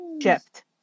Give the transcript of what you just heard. shift